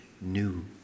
new